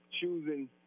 choosing